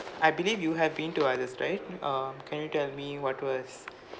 I believe you have been to others right um can you tell me what was